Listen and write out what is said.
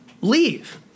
leave